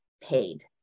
paid